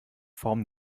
form